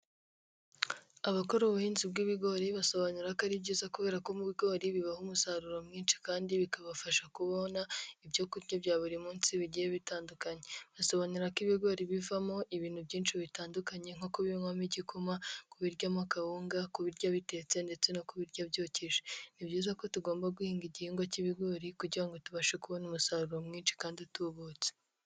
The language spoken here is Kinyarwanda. Abakora ubuhinzi bw'ibigori basobanura ko ari byiza kubera ko mu bigori bibaha umusaruro mwinshi kandi bikabafasha kubona ibyo kurya bya buri munsi bigiye bitandukanye, basobanura ko ibigori bivamo ibintu byinshi bitandukanye nko kubinywamo igikoma, kubiryamo kawunga, kubirya bitetse ndetse no kubiryo byokeje, ni byiza ko tugomba guhinga igihingwa cy'ibigori kugira ngo tubashe kubona umusaruro mwinshi kandi utubutse.